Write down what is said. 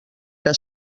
era